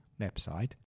website